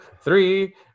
three